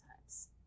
times